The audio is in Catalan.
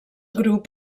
grup